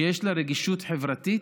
שיש לה רגישות חברתית,